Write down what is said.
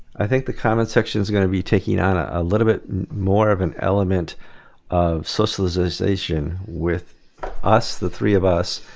i think the comments section is going to be taking on a ah little bit more of an element of socialization with us, the three of us,